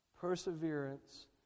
Perseverance